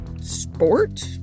sport